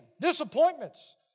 disappointments